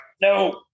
no